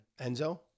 Enzo